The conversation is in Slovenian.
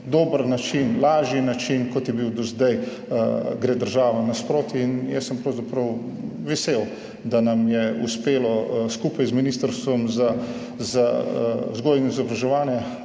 dober način, lažji način, kot je bil do zdaj, gre država naproti. Jaz sem pravzaprav vesel, da nam je uspelo skupaj z Ministrstvom za vzgojo in izobraževanje